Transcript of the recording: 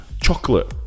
Chocolate